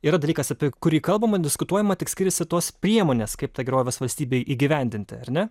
yra dalykas apie kurį kalbama diskutuojama tik skiriasi tos priemonės kaip tą gerovės valstybę įgyvendinti ar ne